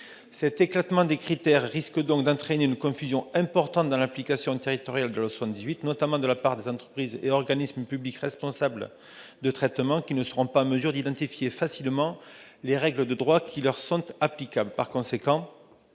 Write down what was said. Cet éclatement des critères risque d'entraîner une confusion importante dans l'application territoriale de la loi de 1978, notamment de la part des entreprises et organismes publics responsables de traitements, qui ne seront pas en mesure d'identifier facilement les règles de droit qui leur sont applicables. Par ailleurs,